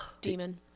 demon